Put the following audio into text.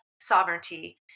sovereignty